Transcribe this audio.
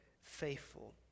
faithful